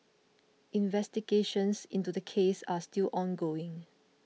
investigations into this case are still ongoing